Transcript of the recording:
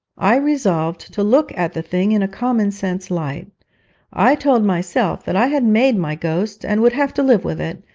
i resolved to look at the thing in a common-sense light i told myself that i had made my ghost, and would have to live with it.